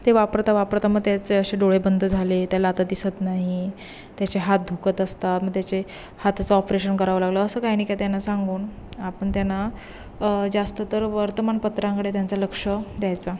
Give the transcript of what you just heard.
ते वापरता वापरता मग त्याचे असे डोळे बंद झाले त्याला आता दिसत नाही त्याचे हात दुखत असतात मग त्याचे हाताचं ऑपरेशन करावं लागलं असं काही नाही का त्यांना सांगून आपण त्यांना जास्त तर वर्तमानपत्रांकडे त्यांचा लक्ष द्यायचा